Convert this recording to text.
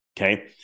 Okay